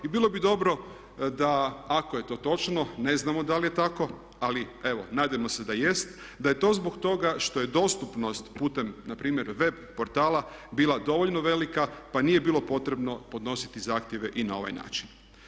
I bilo bi dobro da ako je to točno, ne znamo da li je tako, ali evo nadajmo se da jeste, da je to zbog toga što je dostupnost putem npr. web portala bila dovoljno velika pa nije bilo potrebno podnositi zahtjeve i na ovaj način.